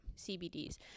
CBDs